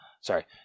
Sorry